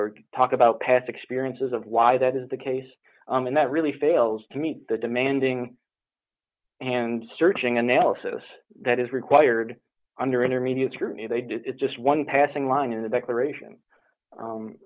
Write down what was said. or talk about past experiences of why that is the case and that really fails to meet the demanding and searching analysis that is required under intermediate through they do it just one passing line in the declaration